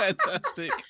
Fantastic